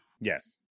Yes